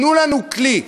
תנו לנו כלי.